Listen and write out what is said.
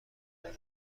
دارد